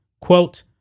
Quote